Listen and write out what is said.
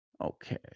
Okay